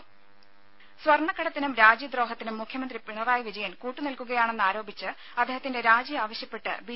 രുര സ്വർണ്ണക്കടത്തിനും രാജ്യദ്രോഹത്തിനും മുഖ്യമന്ത്രി പിണറായി വിജയൻ കൂട്ടു നിൽക്കുകയാണെന്ന് ആരോപിച്ച് അദ്ദേഹത്തിന്റെ രാജി ആവശ്യപ്പെട്ട് ബി